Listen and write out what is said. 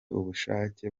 ubushake